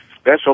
special